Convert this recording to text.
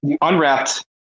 unwrapped